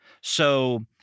So-